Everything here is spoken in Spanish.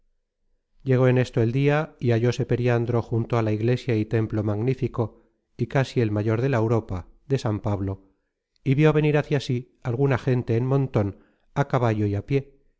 llegó en esto el dia y hallóse periandro junto a la iglesia y templo magnífico y casi el mayor de la europa de san pablo y vió venir hácia sí alguna gente en monton á caballo y á pié